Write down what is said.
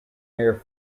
near